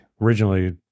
Originally